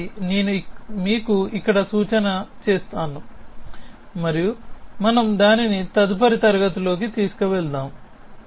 కాబట్టి నేను మీకు ఇక్కడ సూచన ఇస్తాను మరియు మనము దానిని తదుపరి తరగతికి తీసుకువెళతాము